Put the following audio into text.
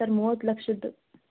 sir ಮೂವತ್ತು ಲಕ್ಷದ್ದು